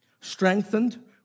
Strengthened